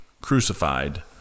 crucified